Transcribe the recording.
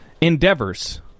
endeavors